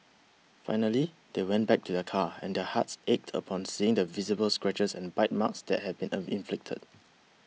finally they went back to their car and their hearts ached upon seeing the visible scratches and bite marks that had been inflicted